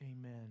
amen